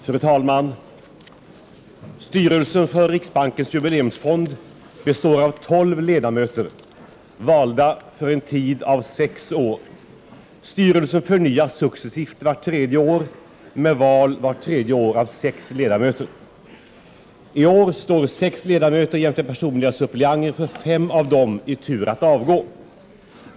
Fru talman! Styrelsen för Stiftelsen Riksbankens jubileumsfond består av tolv ledamöter, valda för en tid av sex år. Styrelsen förnyas successivt vart tredje år med val vart tredje år av sex ledamöter. I år står sex ledamöter jämte personliga suppleanter för fem av dem i tur att avgå.